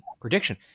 prediction